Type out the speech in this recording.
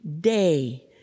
day